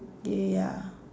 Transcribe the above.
ya